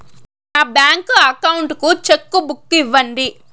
నా bank account కు cheque book ఇవ్వండి